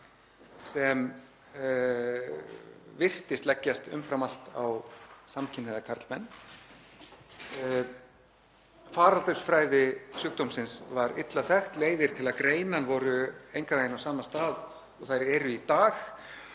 sem virtist leggjast umfram allt á samkynhneigða karlmenn. Faraldursfræði sjúkdómsins var illa þekkt, leiðir til greina hann voru engan veginn á sama stað og þær eru í dag